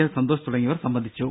L Santhosh തുടങ്ങിയവർ സംബന്ധിച്ചു